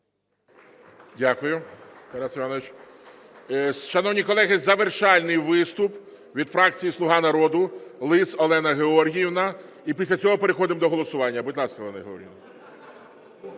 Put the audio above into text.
Дякую, Тарас Іванович. Шановні колеги, завершальний виступ від фракція "Слуга народу", Лис Олена Георгіївна. І після цього переходимо до голосування. Будь ласка, Олена Георгіївна.